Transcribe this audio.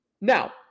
Now